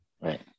Right